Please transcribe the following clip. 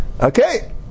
Okay